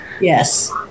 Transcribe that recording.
Yes